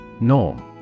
Norm